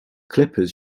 clippers